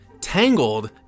tangled